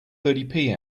thirty